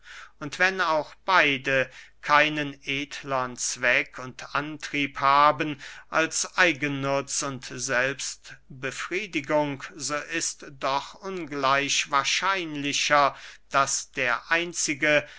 und wenn auch beide keinen edlern zweck und antrieb haben als eigennutz und selbstbefriedigung so ist es doch ungleich wahrscheinlicher daß der einzige